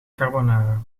carbonara